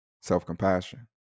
self-compassion